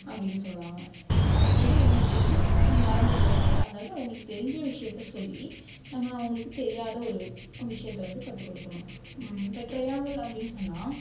அப்படினு சொல்வாங்க அது வந்து அவங்களுக்கு வந்து மறந்து போகாது அதாவது அவங்களுக்கு தெரிஞ்ச விஷயத்தை சொல்லி நம்ம அவங்களுக்கு தெரியாத ஒரு ஒரு விஷயத்தை வந்து கற்றுக்குடுக்கணும் இப்போ ட்ரையாங்கில் அப்படி சொன்னால்